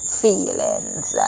feelings